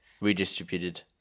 redistributed